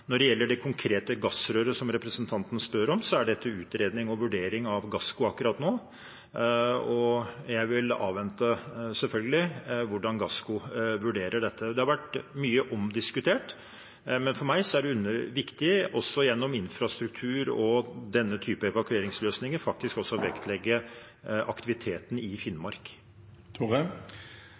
Når det gjelder det konkrete gassrøret som representanten spør om, er det til utredning og vurdering av Gassco akkurat nå, og jeg vil selvfølgelig avvente hvordan Gassco vurderer dette. Det har vært mye omdiskutert, men for meg er det viktig, også gjennom infrastruktur og denne typen evakueringsløsninger, faktisk å vektlegge aktiviteten i Finnmark.